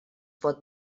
pot